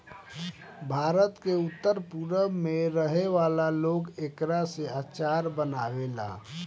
भारत के उत्तर पूरब में रहे वाला लोग एकरा से अचार बनावेला